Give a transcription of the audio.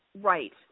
Right